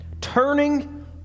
turning